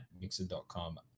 mixer.com